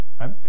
right